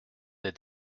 êtes